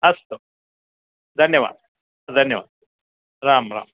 अस्तु धन्यवादः धन्यवादः राम राम